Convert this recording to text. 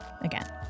again